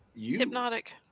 hypnotic